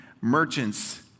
merchants